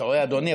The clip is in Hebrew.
אתה רואה, אדוני?